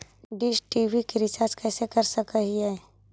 Dish TV के recharge कैसे कर सक हिय?